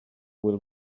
will